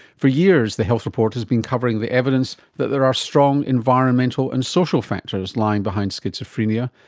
for years the health report has been covering the evidence that there are strong environmental and social factors lying behind schizophrenia,